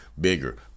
bigger